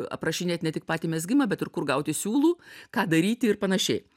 aprašinėt ne tik patį mezgimą bet ir kur gauti siūlų ką daryti ir panašiai